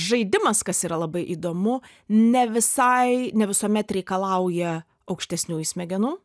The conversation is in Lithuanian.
žaidimas kas yra labai įdomu ne visai ne visuomet reikalauja aukštesniųjų smegenų